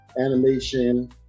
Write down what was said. animation